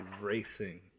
racing